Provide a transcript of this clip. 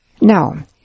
Now